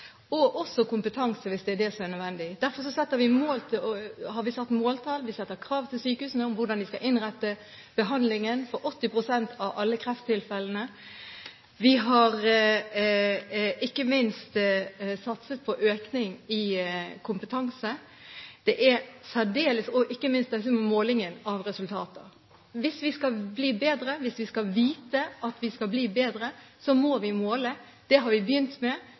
og også kompetanse, hvis det er det som er nødvendig. Derfor har vi satt måltall, vi setter krav til sykehusene om hvordan de skal innrette behandlingen for 80 pst. av alle krefttilfellene. Vi har satset på økning i kompetanse og ikke minst på måling av resultater. Hvis vi skal vite om vi blir bedre, må vi måle. Det har vi begynt med. Tallene er offentliggjort. Vi ser også veldig gledelige tall for noen kreftformer. Vi har målt tre spesielt nå når det gjelder ventetider. Neste år skal vi